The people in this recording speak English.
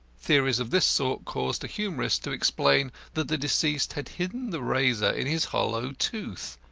theories of this sort caused a humorist to explain that the deceased had hidden the razor in his hollow tooth!